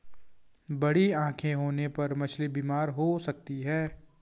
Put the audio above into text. बड़ी आंखें होने पर मछली बीमार हो सकती है